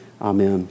Amen